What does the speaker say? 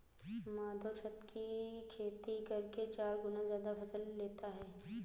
माधव छत की खेती करके चार गुना ज्यादा फसल लेता है